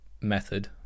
method